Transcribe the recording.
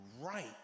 right